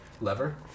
lever